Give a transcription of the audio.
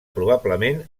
probablement